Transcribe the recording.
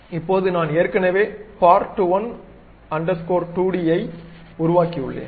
இப்போது நான் ஏற்கனவே part1 2d ஐ உருவாக்கியுள்ளேன்